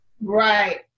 Right